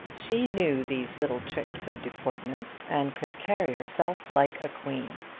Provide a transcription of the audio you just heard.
she knew these little tricks of deportment and could carry herself like a queen.